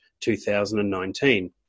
2019